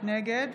נגד